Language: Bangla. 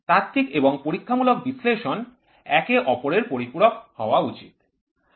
তাত্ত্বিক এবং পরীক্ষামূলক বিশ্লেষণ একে অপরের পরিপূরক হওয়া উচিত